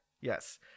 Yes